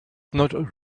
not